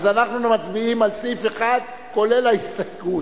אז אנחנו מצביעים על סעיף 1, כולל ההסתייגות.